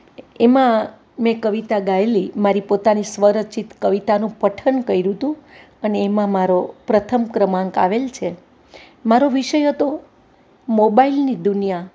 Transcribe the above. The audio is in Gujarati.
એમાં મેં કવિતા ગાયેલી મારી પોતાની સ્વરચિત કવિતાનું પઠન કર્યું તું અને એમાં મારો પ્રથમ ક્રમાંક આવ્યો છે મારો વિષય હતો મોબાઇલની દુનિયા